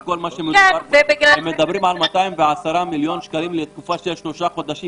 הם מדברים על 210 מיליון שקלים לתקופה של שלושה חודשים.